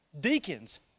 deacons